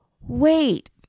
wait